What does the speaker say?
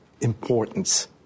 importance